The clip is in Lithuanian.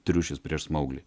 triušis prieš smauglį